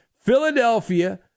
Philadelphia